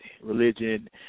religion